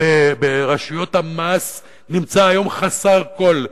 ברשויות המס נמצא היום חסר כול,